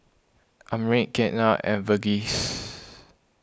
Amit Ketna and Verghese